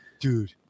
Dude